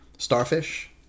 starfish